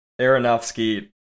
Aronofsky